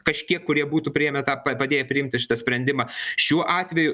kažkiek kurie būtų priėmę tą pa padėję priimti šitą sprendimą šiuo atveju